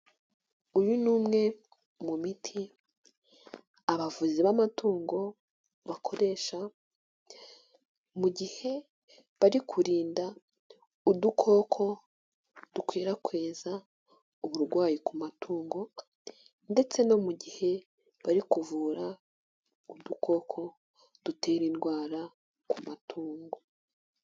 Uyu ni umwe mu miti abavuzi b'amatungo bakoresha mu gihe bari kurinda udukoko dukwirakwiza uburwayi ku matungo ndetse no mu gihe bari kuvura udukoko dutera indwara ku matungo.